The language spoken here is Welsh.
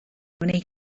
wnei